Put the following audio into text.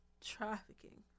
trafficking